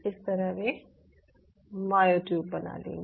इस तरह वे मायोट्यूब बना लेंगी